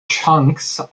chunks